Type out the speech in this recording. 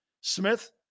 Smith